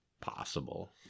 possible